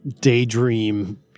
daydream